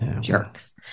Jerks